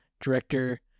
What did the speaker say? director